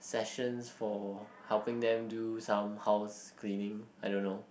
sessions for helping them do some house cleaning I don't know